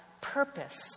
purpose